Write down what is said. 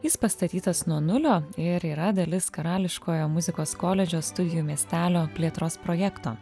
jis pastatytas nuo nulio ir yra dalis karališkojo muzikos koledžo studijų miestelio plėtros projekto